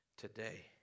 today